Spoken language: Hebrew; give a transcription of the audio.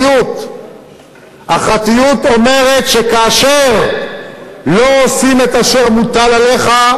אומרים לא --- אני מבקשת מחברי הכנסת לדחות את הצעת האי-אמון